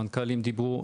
המנכ"לים דיברו,